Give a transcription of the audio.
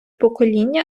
покоління